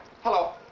hello